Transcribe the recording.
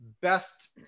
best